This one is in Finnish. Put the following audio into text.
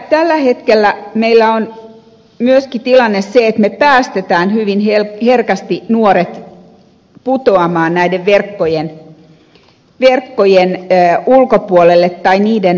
tällä hetkellä meillä on myöskin tilanne se että me päästämme hyvin herkästi nuoret putoamaan näiden verkkojen ulkopuolelle tai niiden läpi